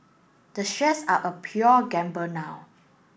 the shares are a pure gamble now